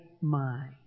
mind